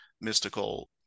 mystical